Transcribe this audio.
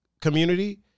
community